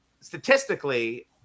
statistically